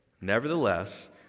Nevertheless